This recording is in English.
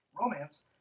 Romance